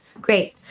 great